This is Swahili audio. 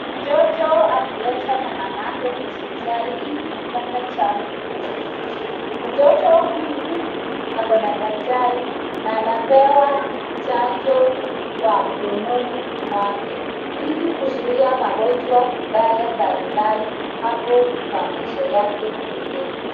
Mtoto ameletwa na mamake hosiptali ili kupata chanjo, mtoto huyu ako na daktari na anapewa chanjo kwa mdomoni mwake ili kuzuia magonjwa mbaya mbalimbali hapo kwa maisha yake mbeleni.